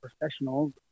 Professionals